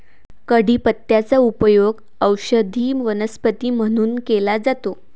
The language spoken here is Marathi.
कढीपत्त्याचा उपयोग औषधी वनस्पती म्हणून केला जातो